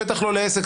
בטח לא לעסק.